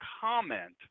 comment